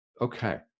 Okay